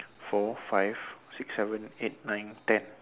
four five six seven eight nine ten